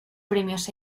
premios